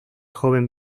joven